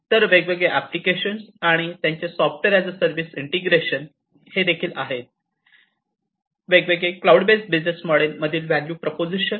तर वेगवेगळे एप्लीकेशन आणि त्यांचे software as a service integration ही आहेत वेगवेगळी क्लाऊड बेस्ड बिझनेस मॉडेल मधीलव्हॅल्यू प्रोपोझिशन